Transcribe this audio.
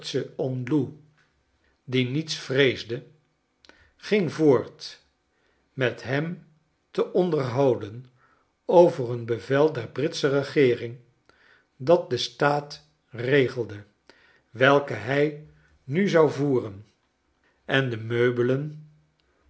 die niets vreesde ging voort met hem te onderhouden over een bevel der britsche regeering dat den staat regelde welken hi nu zou voeren en de meubelen